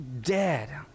dead